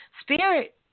spirit